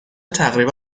تقریبا